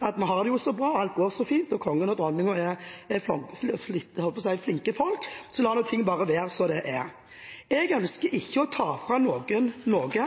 at vi har det jo så bra, alt går så fint, og kongen og dronningen er flinke folk, så la nå bare ting være som de er. Jeg ønsker ikke å ta fra noen noe,